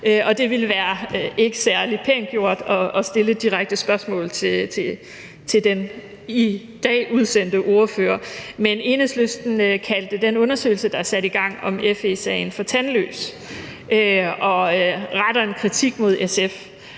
det ville ikke være særlig pænt at stille et direkte spørgsmål til den i dag udsendte ordfører. Men Enhedslisten kaldte den undersøgelse, der er sat i gang om FE-sagen, for tandløs – og retter en kritik mod SF.